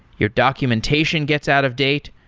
your documentation gets out of date.